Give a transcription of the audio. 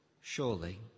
surely